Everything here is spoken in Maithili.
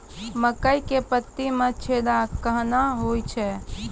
मकई के पत्ता मे छेदा कहना हु छ?